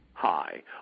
Hi